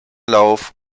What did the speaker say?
lauf